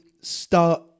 start